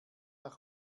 nach